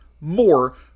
more